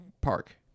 park